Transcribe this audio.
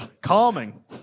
Calming